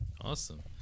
awesome